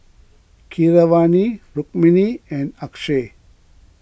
Keeravani Rukmini and Akshay